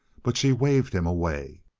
but she waved him away.